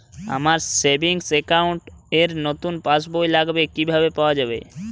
আমার savings account র নতুন পাসবই লাগবে, কিভাবে পাওয়া যাবে?